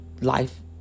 Life